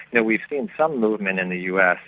know, we've seen some movement in the us.